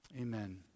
Amen